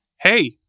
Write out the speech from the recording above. hey